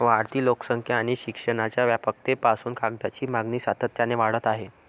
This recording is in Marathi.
वाढती लोकसंख्या आणि शिक्षणाच्या व्यापकतेपासून कागदाची मागणी सातत्याने वाढत आहे